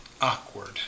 awkward